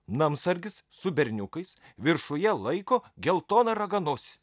namsargis su berniukais viršuje laiko geltoną raganosį